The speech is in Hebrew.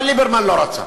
אבל ליברמן לא רצה.